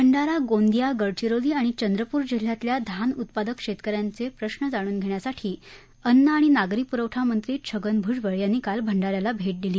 भंडारा गोंदिया गडचिरोली आणि चंद्रपुर जिल्ह्यातल्या धान उत्पादक शस्क्रियांचप्रिश जाणून घप्रियासाठी अन्न आणि नागरी पुरवठा मंत्री छगन भूजबळ यांनी काल भंडाऱ्याला भट्टादिली